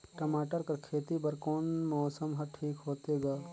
टमाटर कर खेती बर कोन मौसम हर ठीक होथे ग?